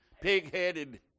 pig-headed